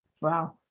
Wow